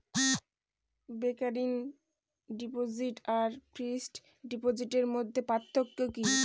Recurring deposit আর fixed ডিপোজিটের মধ্যে পার্থক্য কি?